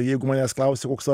jeigu manęs klausia koks tavo